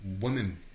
women